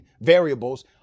variables